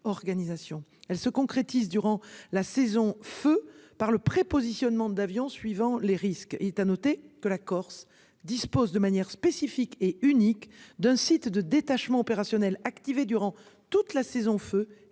elle se concrétise durant la saison feu par le prépositionnement d'avion suivant les risques, il est à noter que la Corse dispose de manière spécifique et unique d'un site de détachements opérationnels activé durant toute la saison feu et armé